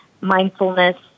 mindfulness